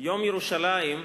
יום ירושלים,